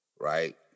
right